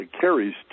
carries